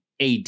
AD